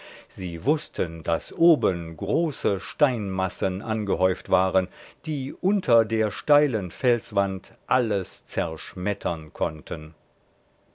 sie wußten daß oben große steinmassen angehäuft waren die unter der steilen felswand alles zerschmettern konnten